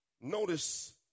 Notice